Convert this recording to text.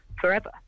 forever